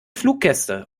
fluggäste